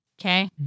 Okay